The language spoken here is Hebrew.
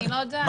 אני לא יודעת.